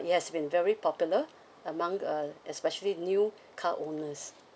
it has been very popular among uh especially new car owners